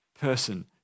person